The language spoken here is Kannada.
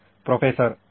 ಪ್ರೊಫೆಸರ್ ಸರಿ